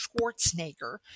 Schwarzenegger